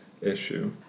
issue